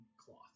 cloth